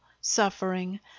suffering